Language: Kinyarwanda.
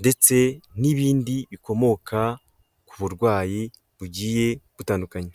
ndetse n'ibindi bikomoka ku burwayi bugiye butandukanye.